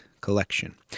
Collection